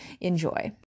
enjoy